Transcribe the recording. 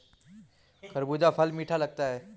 खरबूजा फल मीठा लगता है